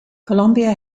colombia